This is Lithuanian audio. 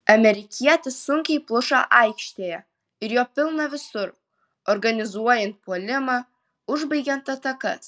amerikietis sunkiai pluša aikštėje ir jo pilna visur organizuojant puolimą užbaigiant atakas